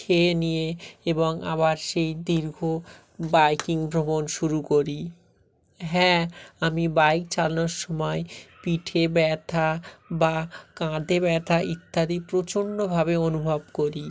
খেয়ে নিয়ে এবং আবার সেই দীর্ঘ বাইকিং ভ্রমণ শুরু করি হ্যাঁ আমি বাইক চালানোর সময় পিঠে ব্যথা বা কাঁধে ব্যথা ইত্যাদি প্রচন্ডভাবে অনুভব করি